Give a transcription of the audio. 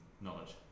knowledge